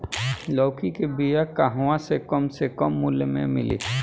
लौकी के बिया कहवा से कम से कम मूल्य मे मिली?